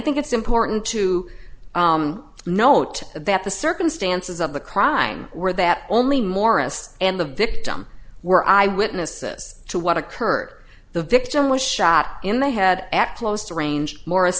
think it's important to note that the circumstances of the crime were that only morris and the victim were eyewitnesses to what occurred the victim was shot in the head at close to range morris